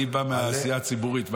אני בא מהעשייה הציבורית,